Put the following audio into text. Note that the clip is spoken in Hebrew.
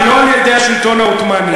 ולא על-ידי השלטון העות'מאני.